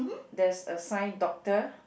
there's a sign doctor